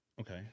Okay